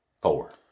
Four